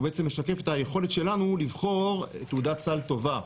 הוא בעצם משקף את היכולת שלנו לבחור תעודת סל טובה,